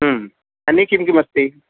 अन्ये किं किमस्ति